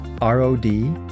R-O-D